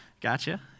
Gotcha